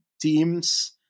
teams